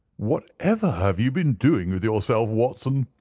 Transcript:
whatever have you been doing with yourself, watson?